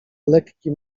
lekkim